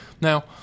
Now